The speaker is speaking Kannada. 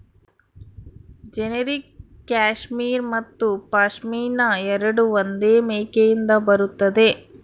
ಜೆನೆರಿಕ್ ಕ್ಯಾಶ್ಮೀರ್ ಮತ್ತು ಪಶ್ಮಿನಾ ಎರಡೂ ಒಂದೇ ಮೇಕೆಯಿಂದ ಬರುತ್ತದೆ